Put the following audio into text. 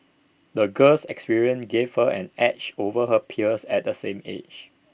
the girl's experiences gave her an edge over her peers at the same age